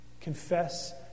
confess